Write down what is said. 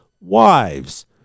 wives